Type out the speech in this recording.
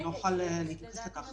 אני לא אוכל להתייחס לכך.